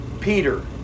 Peter